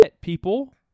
people